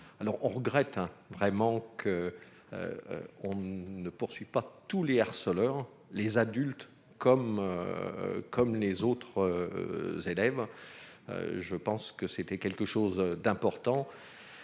alors, on regrette vraiment qu'on ne poursuit pas tous les harceleurs les adultes comme comme les autres élèves, je pense que c'était quelque chose d'important